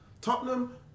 Tottenham